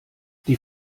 die